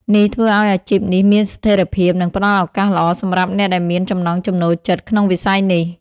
នេះធ្វើឱ្យអាជីពនេះមានស្ថិរភាព និងផ្តល់ឱកាសល្អសម្រាប់អ្នកដែលមានចំណង់ចំណូលចិត្តក្នុងវិស័យនេះ។